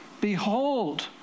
Behold